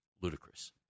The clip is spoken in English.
ludicrous